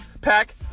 pack